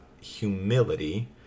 humility